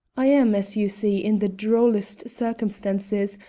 i am, as you see, in the drollest circumstances,